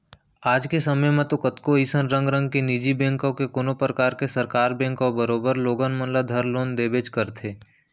आज के समे म तो कतको अइसन रंग रंग के निजी बेंक कव के कोनों परकार के सरकार बेंक कव करोबर लोगन मन ल धर लोन देबेच करथे